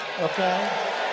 Okay